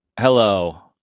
Hello